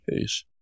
case